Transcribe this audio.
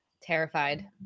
Terrified